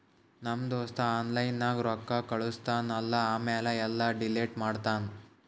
ನಮ್ ದೋಸ್ತ ಆನ್ಲೈನ್ ನಾಗ್ ರೊಕ್ಕಾ ಕಳುಸ್ತಾನ್ ಅಲ್ಲಾ ಆಮ್ಯಾಲ ಎಲ್ಲಾ ಡಿಲೀಟ್ ಮಾಡ್ತಾನ್